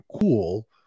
cool